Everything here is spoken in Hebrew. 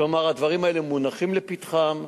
כלומר הדברים האלה מונחים לפתחם,